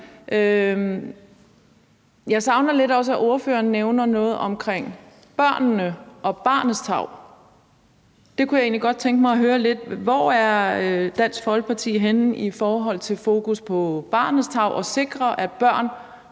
Jeg savner lidt, at ordføreren også nævner noget om børnene og barnets tarv. Det kunne jeg egentlig godt tænke mig at høre: Hvor er Dansk Folkeparti henne i forhold til fokus på barnets tarv og på at sikre, at børn